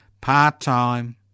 Part-time